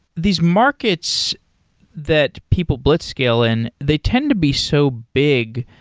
these markets that people blitzscale in, they tend to be so big.